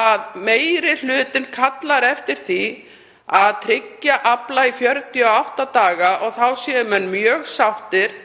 að meiri hlutinn kallar eftir því að tryggja afla í 48 daga og þá séu menn mjög sáttir,